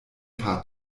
paar